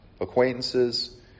acquaintances